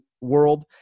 world